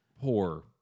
poor